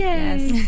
Yes